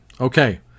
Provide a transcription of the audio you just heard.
Okay